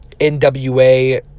NWA